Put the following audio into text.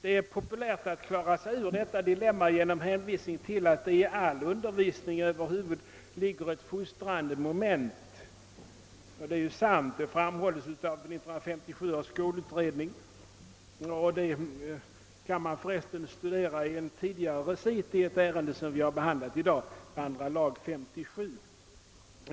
Ett populärt sätt att klara sig ur det dilemma som uppstår är att hänvisa till att det i all undervisning över huvud taget ligger ett fostrande moment. Det är sant och det framhölls av 1957 års skolberedning. Dess uttalande kan studeras i reciten till ett annat utlåtande som behandlats i dag, nämligen andra lagutskottets utlåtande nr 57.